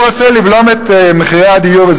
הוא רוצה לבלום את מחירי הדיור,